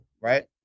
right